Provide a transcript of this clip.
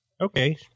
okay